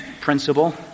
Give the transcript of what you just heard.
principle